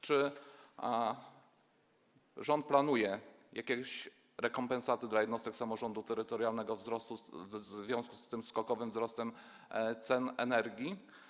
Czy rząd planuje jakieś rekompensaty dla jednostek samorządu terytorialnego w związku z tym skokowym wzrostem cen energii?